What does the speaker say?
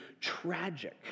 tragic